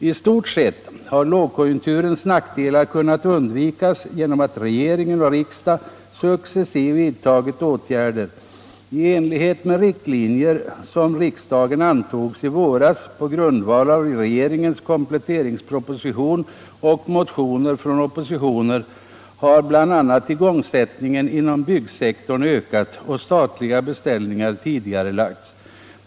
I stort sett har lågkonjunkturens nackdelar kunnat undvikas genom att regering och riksdag successivt vidtagit motåtgärder. I enlighet med riktlinjer, som riksdagen antog i våras på grundval av regeringens kompletteringsproposition och motioner från oppositionen, har bl.a. igångsättningen inom byggsektorn ökat och statliga beställningar tidigarelagts.